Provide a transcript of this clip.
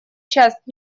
часть